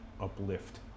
uplift